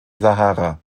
sahara